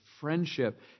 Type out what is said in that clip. friendship